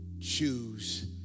choose